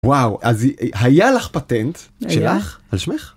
וואו, אז היה לך פטנט, שלך? על שמך?